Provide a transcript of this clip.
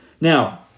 Now